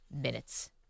minutes